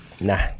Nah